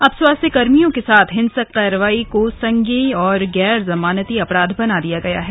अब स्वास्थ्य कर्मियों के साथ हिंसक कार्रवाई को संज्ञेय व गैर जमानती अपराध बना दिया गया है